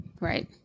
Right